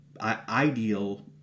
ideal